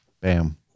Bam